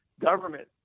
government